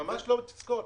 ממש לא תזכורת.